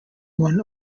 won